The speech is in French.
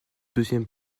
deuxième